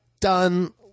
done